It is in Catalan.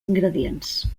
ingredients